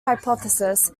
hypothesis